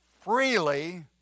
freely